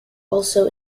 also